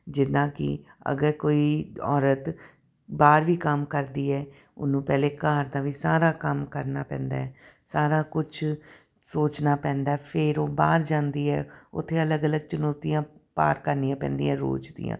ਜਿੱਦਾਂ ਕਿ ਅਗਰ ਕੋਈ ਔਰਤ ਬਾਹਰ ਵੀ ਕੰਮ ਕਰਦੀ ਹੈ ਉਹਨੂੰ ਪਹਿਲਾਂ ਘਰ ਦਾ ਵੀ ਸਾਰਾ ਕੰਮ ਕਰਨਾ ਪੈਂਦਾ ਹੈ ਸਾਰਾ ਕੁਛ ਸੋਚਣਾ ਪੈਂਦਾ ਫਿਰ ਉਹ ਬਾਹਰ ਜਾਂਦੀ ਹੈ ਉੱਥੇ ਅਲੱਗ ਅਲੱਗ ਚੁਣੌਤੀਆਂ ਪਾਰ ਕਰਨੀਆਂ ਪੈਂਦੀਆਂ ਰੋਜ਼ ਦੀਆਂ